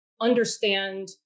understand